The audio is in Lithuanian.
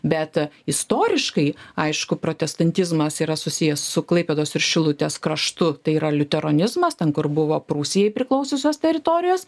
bet istoriškai aišku protestantizmas yra susijęs su klaipėdos ir šilutės kraštu tai yra liuteronizmas ten kur buvo prūsijai priklausiusios teritorijos